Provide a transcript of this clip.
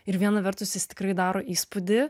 ir viena vertus jis tikrai daro įspūdį